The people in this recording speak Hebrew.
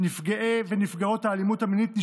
האלימות המינית היא לא דבר רגעי.